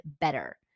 better